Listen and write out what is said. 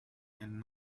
and